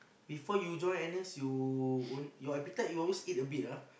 before you join N_S you only your appetite you always eat a bit ah